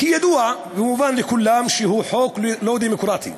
כי ידוע ומובן לכולם שהוא חוק לא דמוקרטי,